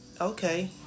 okay